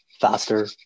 Faster